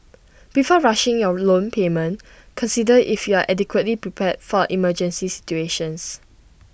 before rushing your loan repayment consider if you are adequately prepared for emergency situations